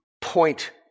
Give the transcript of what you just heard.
point